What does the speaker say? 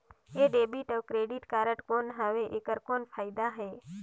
ये डेबिट अउ credit card कौन हवे एकर कौन फाइदा हे?